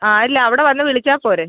ആ ഇല്ല അവിടെ വന്ന് വിളിച്ചാൽ പോരേ